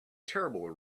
terrible